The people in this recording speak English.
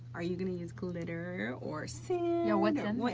are you gonna use glitter or sand? you know what's in